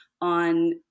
on